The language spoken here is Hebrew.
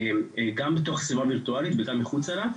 גם בתוך סביבה ווירטואלית וגם מחוצה לה,